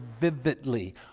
vividly